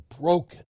broken